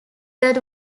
that